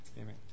Amen